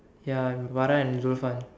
ya with Farah and Zulfan